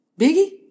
Biggie